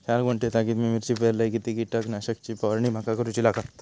चार गुंठे जागेत मी मिरची पेरलय किती कीटक नाशक ची फवारणी माका करूची लागात?